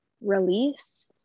release